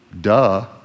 duh